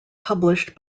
published